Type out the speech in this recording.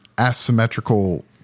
asymmetrical